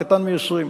קטן מ-20.